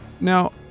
Now